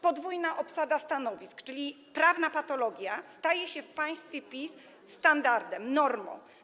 Podwójna obsada stanowisk, czyli prawna patologia, staje się w państwie PiS standardem, normą.